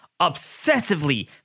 obsessively